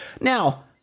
Now